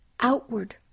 outward